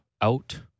out